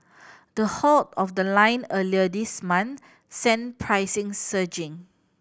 the halt of the line earlier this month sent prices surging